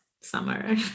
summer